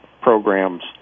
programs